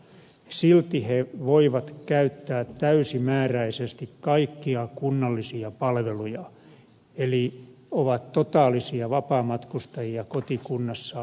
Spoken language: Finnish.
silti he voivat käyttää täysimääräisesti kaikkia kunnallisia palveluja eli ovat totaalisia vapaamatkustajia kotikunnassaan